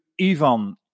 Ivan